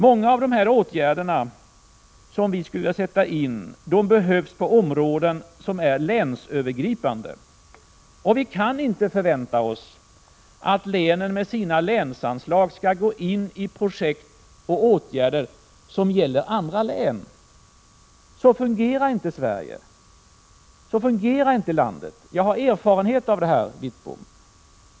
Många av de åtgärder vi skulle sätta in behövs på områden som är länsövergripande. Vi kan inte förvänta oss att länen med sina länsanslag skall gå in i projekt och åtgärder som gäller andra län. Så fungerar inte Sverige. Jag har erfarenhet av det här, Bengt Wittbom.